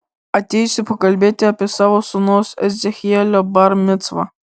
atėjusi pakalbėti apie savo sūnaus ezechielio bar micvą